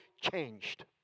changed